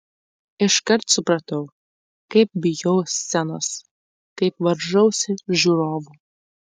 iškart supratau kaip bijau scenos kaip varžausi žiūrovų